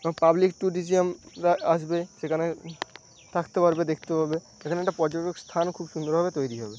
বা পাবলিক ট্যুরিজমরা আসবে সেখানে থাকতে পারবে দেখতে পাবে এখানে একটা পর্যটক স্থান খুব সুন্দরভাবে তৈরি হবে